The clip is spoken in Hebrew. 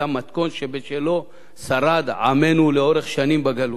המתכון שבשלו שרד עמנו לאורך שנים בגלות.